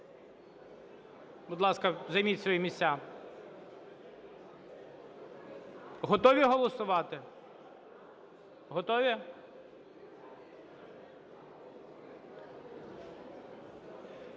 Будь ласка, займіть свої місця. Готові голосувати? Готові?